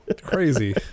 crazy